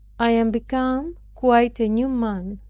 i am become quite a new man.